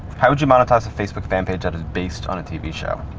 how would you monetize a facebook fan page that is based on a tv show?